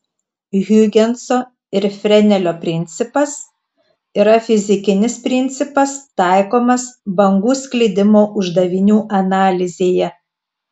hiugenso ir frenelio principas yra fizikinis principas taikomas bangų sklidimo uždavinių analizėje